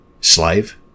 slave